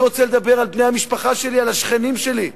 אני רוצה לדבר על בני-משפחה שלי, על השכנים שלי.